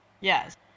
yes